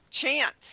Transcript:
chance